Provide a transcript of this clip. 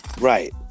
right